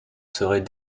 serait